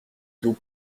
dos